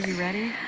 ready?